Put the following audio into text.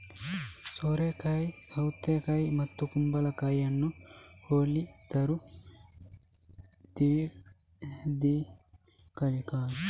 ಸೋರೆಕಾಯಿ ಸೌತೆಕಾಯಿ ಮತ್ತು ಕುಂಬಳಕಾಯಿಯನ್ನು ಹೋಲಿದರೂ ದೀರ್ಘಕಾಲಿಕವಾಗಿದೆ